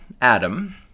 Adam